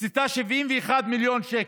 הקצתה 71 מיליון שקל.